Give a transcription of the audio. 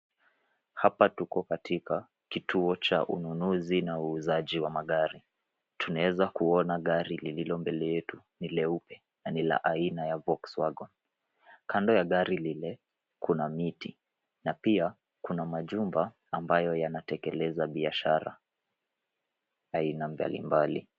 Hapa tuko katika kituo cha ununuzi na uuzaji wa magari. Tunaweza kuona gari lililo mbele yetu ni leupe na ni la aina ya Volkswagen. Kando ya gari lile, kuna miti na pia kuna majumba ambayo yanatekeleza biashara aina mbalimbali.